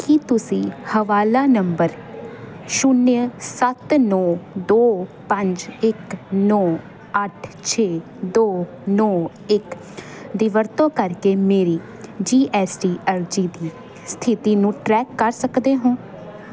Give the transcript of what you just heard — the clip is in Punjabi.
ਕੀ ਤੁਸੀਂ ਹਵਾਲਾ ਨੰਬਰ ਸ਼ੂਨਿਆ ਸੱਤ ਨੌ ਦੋ ਪੰਜ ਇੱਕ ਨੌ ਅੱਠ ਛੇ ਦੋ ਨੌ ਇੱਕ ਦੀ ਵਰਤੋਂ ਕਰਕੇ ਮੇਰੀ ਜੀ ਐੱਸ ਟੀ ਅਰਜ਼ੀ ਦੀ ਸਥਿਤੀ ਨੂੰ ਟਰੈਕ ਕਰ ਸਕਦੇ ਹੋ